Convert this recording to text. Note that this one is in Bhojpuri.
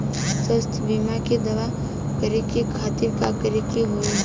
स्वास्थ्य बीमा के दावा करे के खातिर का करे के होई?